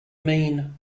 mean